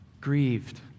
grieved